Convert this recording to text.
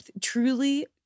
truly